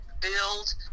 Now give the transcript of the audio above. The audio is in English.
build